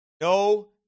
no